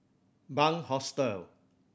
Bunc Hostel